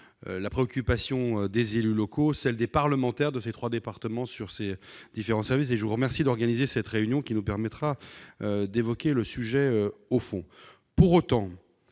la préoccupation des élus locaux et des parlementaires de nos trois départements au sujet de ces différents services. Je vous sais gré d'organiser cette réunion, qui nous permettra d'évoquer le sujet au fond. Pour autant,